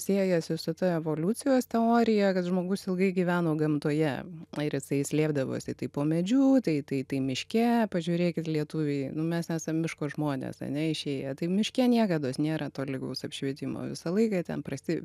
siejasi su ta evoliucijos teorija kad žmogus ilgai gyveno gamtoje ir jisai slėpdavosi tai po medžiu tai tai tai miške pažiūrėkit lietuviai nu mes esam miško žmonės ane išėję tai miške niekados nėra tolygaus apšvietimo visą laiką ten prasti